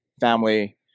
Family